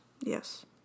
Yes